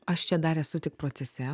aš čia dar esu tik procese